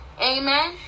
Amen